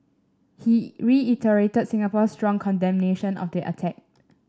he reiterated Singapore's strong condemnation of the attack